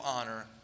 honor